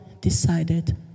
decided